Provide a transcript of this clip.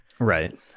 Right